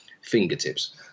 fingertips